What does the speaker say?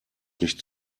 nicht